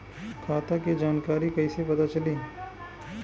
खाता के जानकारी कइसे पता चली?